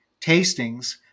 tastings